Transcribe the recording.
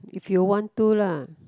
if you want to lah